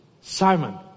Simon